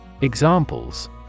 Examples